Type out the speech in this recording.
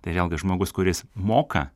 tai vėlgi žmogus kuris moka